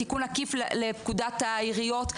תיקון עקיף לפקודת העיריות,